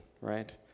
right